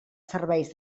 serveis